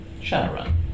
Shadowrun